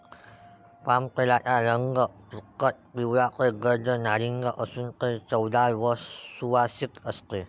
पामतेलाचा रंग फिकट पिवळा ते गर्द नारिंगी असून ते चवदार व सुवासिक असते